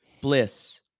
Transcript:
Bliss